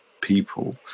people